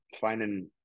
finding